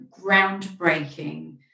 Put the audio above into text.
groundbreaking